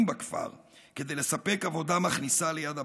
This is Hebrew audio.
בכפר כדי לספק עבודה מכניסה ליד הבית.